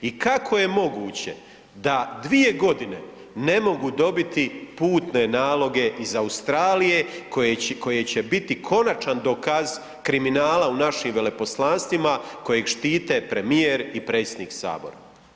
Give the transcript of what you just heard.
I kako je moguće da dvije godine ne mogu dobiti putne naloge iz Australije, koje će biti konačan dokaz kriminala u našim veleposlanstvima kojeg štite premijer i predsjednik Sabora.